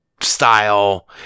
style